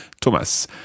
Thomas